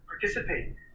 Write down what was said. participate